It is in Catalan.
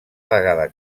vegada